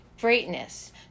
greatness